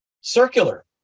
circular